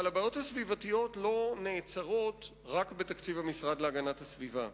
אבל הבעיות הסביבתיות לא נעצרות רק בתקציב המשרד להגנת הסביבה.